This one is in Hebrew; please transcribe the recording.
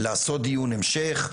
לעשות דיון המשך,